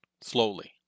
slowly